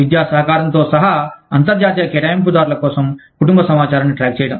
విద్యా సహకారంతో సహా అంతర్జాతీయ కేటాయింపుదారుల కోసం కుటుంబ సమాచారాన్ని ట్రాక్ చేయడం